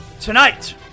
Tonight